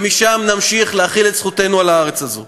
ומשם נמשיך להחיל את זכותנו על הארץ הזאת.